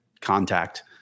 contact